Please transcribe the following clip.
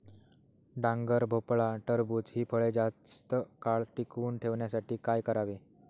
डांगर, भोपळा, टरबूज हि फळे जास्त काळ टिकवून ठेवण्यासाठी काय करावे?